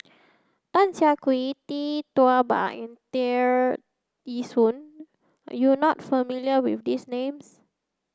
Tan Siah Kwee Tee Tua Ba and Tear Ee Soon you are not familiar with these names